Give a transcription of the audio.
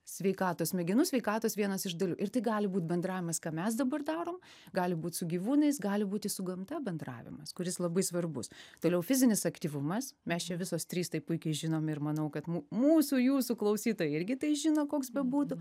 sveikatos smegenų sveikatos vienas iš dalių ir tai gali būt bendravimas ką mes dabar darom gali būt su gyvūnais gali būti su gamta bendravimas kuris labai svarbus toliau fizinis aktyvumas mes čia visos trys tai puikiai žinom ir manau kad mūsų jūsų klausytojai irgi tai žino koks bebūtų